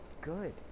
good